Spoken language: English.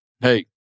hey